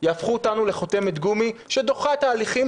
יהפכו אותנו לחותמת גומי שדוחה תהליכים